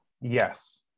Yes